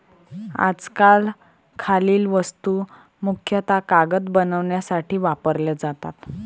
आजकाल खालील वस्तू मुख्यतः कागद बनवण्यासाठी वापरल्या जातात